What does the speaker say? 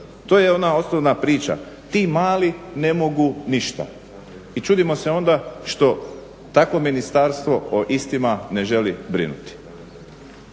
To je jedna osnovna priča. Ti mali ne mogu ništa. I čudimo se onda što takvo ministarstvo o istima ne želi brinuti.